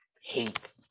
hate